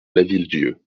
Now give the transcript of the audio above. lavilledieu